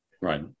Right